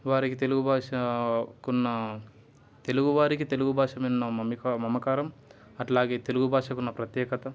వారికి తెలుగు భాషకున్న తెలుగు వారికి తెలుగు భాష మీద ఉన్న మమికా మమకారం అట్లాగే తెలుగు భాషకు ఉన్న ప్రత్యేకత